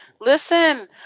Listen